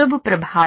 शुभ प्रभात